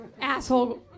asshole